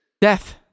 death